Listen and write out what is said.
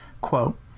Quote